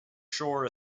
shore